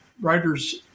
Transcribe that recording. writers